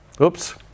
oops